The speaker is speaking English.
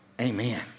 Amen